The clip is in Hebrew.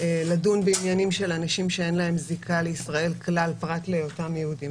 לדון בעניינים של אנשים שאין להם זיקה לישראל כלל פרט להיותם יהודים.